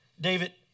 David